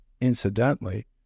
Incidentally